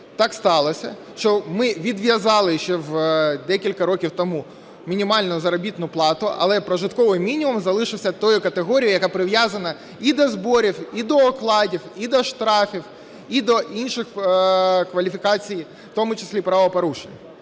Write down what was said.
так сталося, що ми відв'язали ще декілька років тому мінімальну заробітну плату, але прожитковий мінімум залишився тої категорії, яка прив'язана і до зборів і до окладів, і до штрафів, і до інших кваліфікацій, в тому числі і правопорушень.